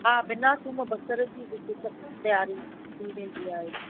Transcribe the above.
हा बिना थूम बसर जे बि हिते सभु तयारी थी वेंदी आहे